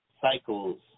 cycles